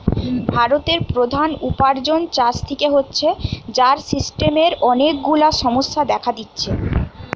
ভারতের প্রধান উপার্জন চাষ থিকে হচ্ছে, যার সিস্টেমের অনেক গুলা সমস্যা দেখা দিচ্ছে